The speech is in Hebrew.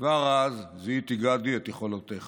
כבר אז זיהיתי, גדי, את יכולותיך